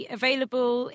available